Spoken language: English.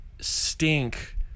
stink